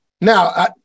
Now